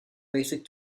basic